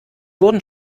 wurden